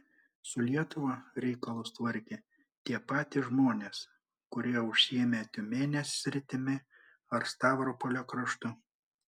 su lietuva reikalus tvarkė tie patys žmonės kurie užsiėmė tiumenės sritimi ar stavropolio kraštu